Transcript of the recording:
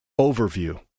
Overview